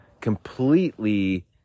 completely